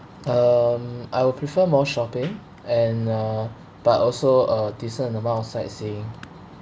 um I will prefer more shopping and uh but also a decent amount of sightseeing